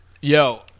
Yo